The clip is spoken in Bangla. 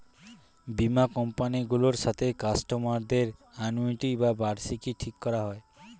বীমা কোম্পানি গুলোর সাথে কাস্টমার দের অ্যানুইটি বা বার্ষিকী ঠিক করা হয়